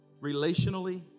relationally